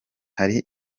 hari